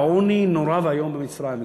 והעוני נורא ואיום במצרים.